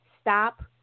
Stop